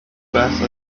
passed